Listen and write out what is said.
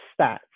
stats